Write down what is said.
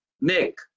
Nick